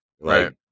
right